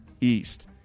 east